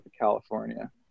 California